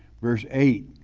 verse eight,